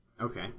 Okay